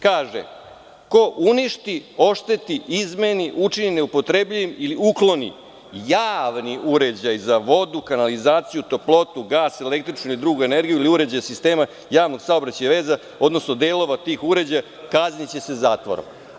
Kaže – ko uništi, ošteti, izmeni, učini neupotrebljivim ili ukloni javni uređaj za vodu, kanalizaciju, toplotu, gas, električnu energiju ili uređaj sistema javnog saobraćaja i veza, odnosno delova tih uređaja, kazniće se zatvorom.